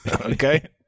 Okay